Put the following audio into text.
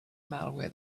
malware